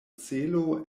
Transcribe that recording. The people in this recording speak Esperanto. celo